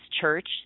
church